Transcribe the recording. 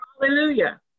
Hallelujah